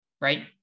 right